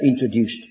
introduced